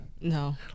no